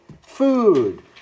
food